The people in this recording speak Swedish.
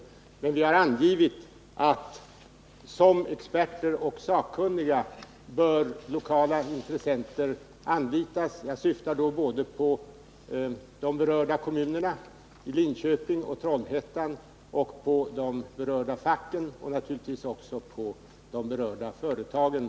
Vi har emellertid angivit att lokala intressenter bör anlitas som experter och sakkunniga, och jag syftar då både på de berörda kommunerna Linköping och Trollhättan, på de berörda facken och naturligtvis på de berörda företagen.